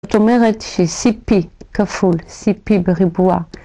זאת אומרת ש-CP כפול, CP בריבוע...